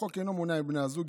החוק אינו מונע מבני זוג,